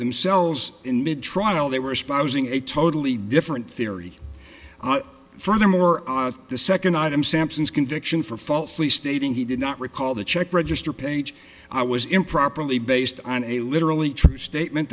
themselves in the trial they were espousing a totally different theory furthermore the second item sampson's conviction for falsely stating he did not recall the check register page i was improperly based on a literally true statement